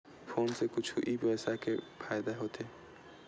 Phone से कुछु ई व्यवसाय हे फ़ायदा होथे?